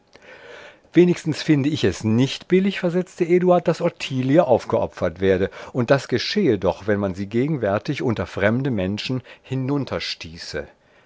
wenigstens finde ich es nicht billig versetzte eduard daß ottilie aufgeopfert werde und das geschähe doch wenn man sie gegenwärtig unter fremde menschen